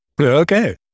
okay